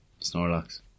Snorlax